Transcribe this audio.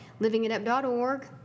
livingitup.org